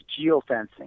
geofencing